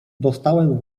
dostałem